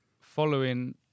following